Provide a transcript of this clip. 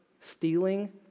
stealing